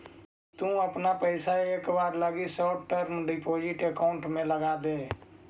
तु अपना पइसा एक बार लगी शॉर्ट टर्म डिपॉजिट अकाउंट में लगाऽ दे